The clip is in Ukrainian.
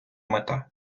мета